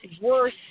worse